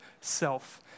self